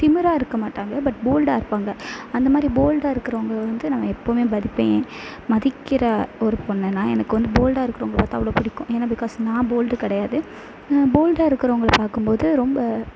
திமிராக இருக்க மாட்டாங்க பட் போல்டாக இருப்பாங்க அந்த மாதிரி போல்டாக இருக்கிறவுங்கள வந்து நான் எப்போவுமே மதிப்பேன் மதிக்கிற ஒரு பொண்ணு நான் எனக்கு வந்து போல்டாக இருக்கிறவுங்கள பார்த்தா அவ்வளோ பிடிக்கும் ஏன்னால் பிகாஸ் நான் போல்டு கிடையாது போல்டாக இருக்கிறவுங்கள பார்க்கும்போது ரொம்ப